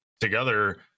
together